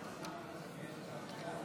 בעד,